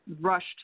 rushed